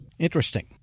Interesting